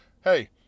hey